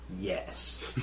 Yes